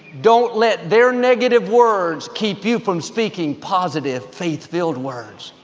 don't let their negative words keep you from speaking positive, faith-filled words.